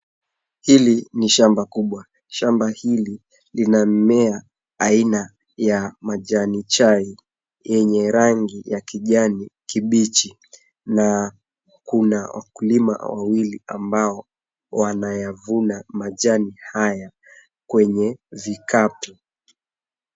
Hili ni shamba kubwa. Shamba hili lina mimea aina ya majani chai yenye rangi ya kijani kibichi na kuna wakulima wawili ambao wanayavuna majani haya kwenye vikapu.